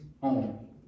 home